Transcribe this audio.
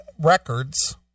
records